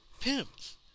Pimps